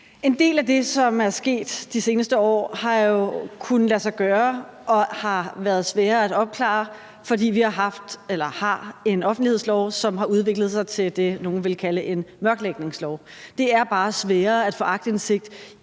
En del af det, som er sket de seneste år, har jo kunnet lade sig gøre og har været sværere at opklare, fordi vi har haft eller har en offentlighedslov, som har udviklet sig til det, nogle vil kalde en mørklægningslov. Det er bare sværere at få aktindsigt